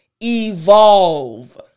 evolve